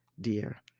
dear